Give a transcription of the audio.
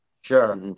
Sure